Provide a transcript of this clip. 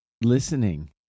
listening